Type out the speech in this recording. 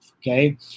Okay